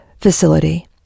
facility